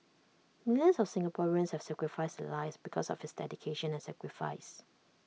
millions of Singaporeans have sacrifice their lives because of his dedication and sacrifice